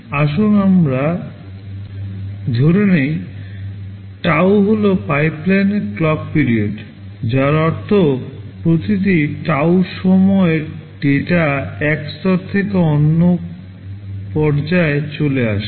আসুন আমরা ধরে নেই tau হল পাইপলাইনের ক্লক পিরিয়ড যার অর্থ প্রতিটি tau সময়ের ডেটা এক স্তর থেকে অন্য পর্যায়ে চলে আসে